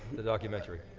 the documentary?